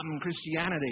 Christianity